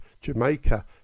Jamaica